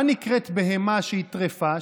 מהי בהמה שהיא טרפה,